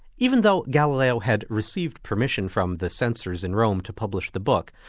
even though galileo had received permission from the sensors in rome to publish the book,